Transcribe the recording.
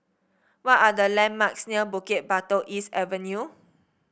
what are the landmarks near Bukit Batok East Avenue